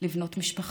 ולבנות משפחה.